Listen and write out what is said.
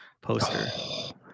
poster